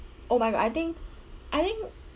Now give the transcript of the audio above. oh my god I think I think